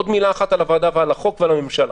עוד מילה אחת על הוועדה, על החוק ועל הממשלה.